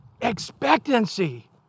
expectancy